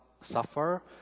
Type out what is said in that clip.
suffer